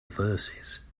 verses